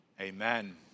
Amen